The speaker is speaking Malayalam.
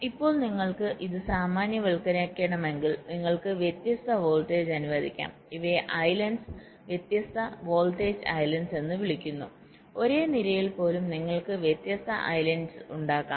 ഇപ്പോൾ നിങ്ങൾക്ക് ഇത് സാമാന്യവൽക്കരിക്കണമെങ്കിൽ നിങ്ങൾക്ക് വ്യത്യസ്ത വോൾട്ടേജ് അനുവദിക്കാം ഇവയെ ഐലൻഡ്സ് വ്യത്യസ്ത വോൾട്ടേജ് ഐലൻഡ്സ് എന്ന് വിളിക്കുന്നു ഒരേ നിരയിൽ പോലും നിങ്ങൾക്ക് വ്യത്യസ്ത ഐലൻഡ്സ് ഉണ്ടാകാം